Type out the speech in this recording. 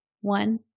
One